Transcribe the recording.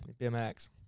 BMX